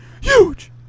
huge